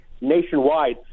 nationwide